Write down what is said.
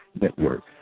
Network